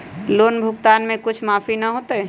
Loan भुगतान में कुछ माफी न होतई?